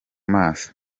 maso